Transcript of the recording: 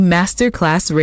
Masterclass